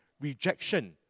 rejection